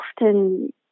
often